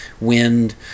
wind